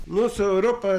mūsų europa